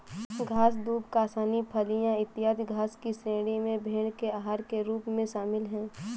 घास, दूब, कासनी, फलियाँ, इत्यादि घास की श्रेणी में भेंड़ के आहार के रूप में शामिल है